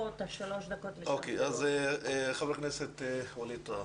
אוקיי, אז חבר הכנסת ווליד טאהא.